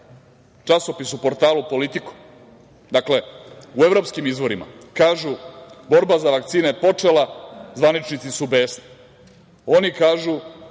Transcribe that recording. časopisu i portalu „Politiko“, u evropskim izvorima kažu – borba za vakcine je počela, zvaničnici su besni. Oni kažu